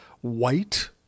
white